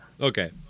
Okay